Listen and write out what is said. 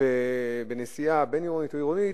בנסיעה בין-עירונית או עירונית,